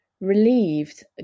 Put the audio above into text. relieved